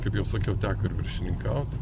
kaip jau sakiau teko ir viršininkaut